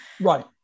right